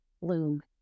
loom